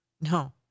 No